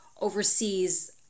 oversees